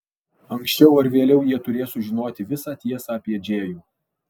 anksčiau ar vėliau jie turės sužinoti visą tiesą apie džėjų